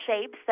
shapes